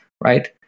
Right